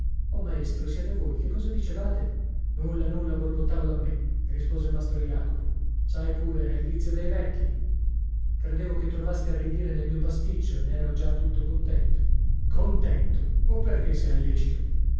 maestro siete voi che cosa dicevate nulla nulla borbottavo da me rispose mastro jacopo sai pure è il vizio dei vecchi credevo che trovaste a ridire nel mio pasticcio e ne ero già tutto contento contento o perchè se